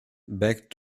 back